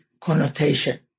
connotation